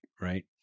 right